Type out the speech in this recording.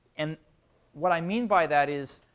and what i mean by that is,